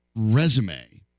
resume